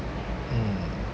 mm